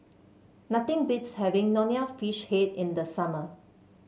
nothing beats having Nonya Fish Head in the summer